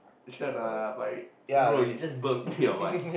sure or not ah Parish bro you just burped into your mic